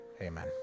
Amen